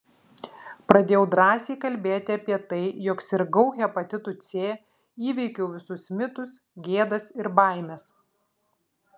pradėjau drąsiai kalbėti apie tai jog sirgau hepatitu c įveikiau visus mitus gėdas ir baimes